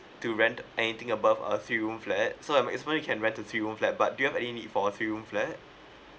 to rent anything above a three room flat so uh maximum you can rent to three room flat but do you have any need for a three room flat